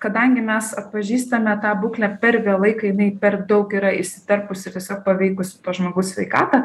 kadangi mes atpažįstame tą būklę per vėlai kai jinai per daug yra įsiterpusi ir tiesiog paveikusi to žmogaus sveikatą